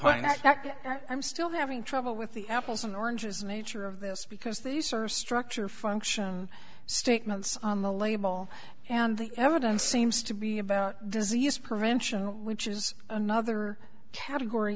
are i'm still having trouble with the apples and oranges nature of this because these are structure function statements on the label and the evidence seems to be about disease prevention which is another category